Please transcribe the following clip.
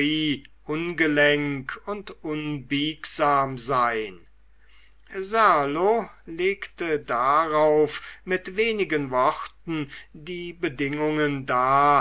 ungelenk und unbiegsam sein serlo legte darauf mit wenigen worten die bedingungen dar